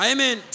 Amen